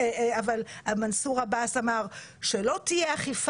אני צריכה להגיד לכם שהקורונה צריכה להתחיל